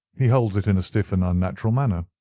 he holds it in a stiff and unnatural manner.